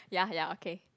ya ya okay